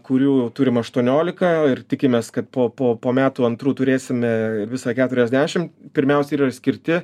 kurių turim aštuoniolika ir tikimės kad po po po metų antrų turėsime visą keturiasdešim pirmiausiai yra ir skirti